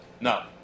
No